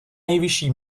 nejvyšší